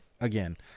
again